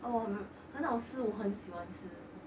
哦很好吃我很喜欢吃